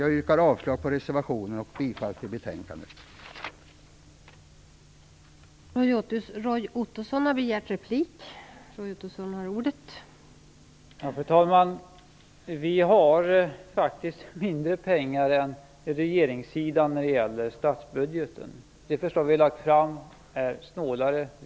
Jag yrkar avslag på reservationen och bifall till utskottets hemställan i betänkandet.